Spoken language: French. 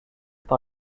par